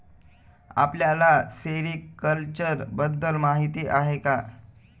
आपल्याला सेरीकल्चर बद्दल माहीती आहे का?